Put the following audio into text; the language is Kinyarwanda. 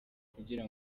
kugira